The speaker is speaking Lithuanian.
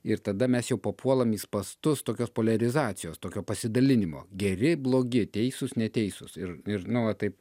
ir tada mes jau papuolam į spąstus tokios poliarizacijos tokio pasidalinimo geri blogi teisūs neteisūs ir ir nu va taip